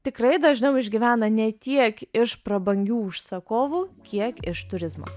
tikrai dažniau išgyvena ne tiek iš prabangių užsakovų kiek iš turizmo